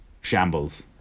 shambles